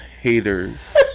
haters